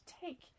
take